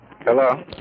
Hello